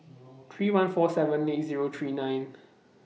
three one four seven eight Zero three nine